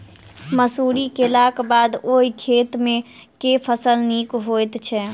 मसूरी केलाक बाद ओई खेत मे केँ फसल नीक होइत छै?